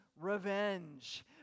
Revenge